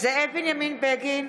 בנימין בגין,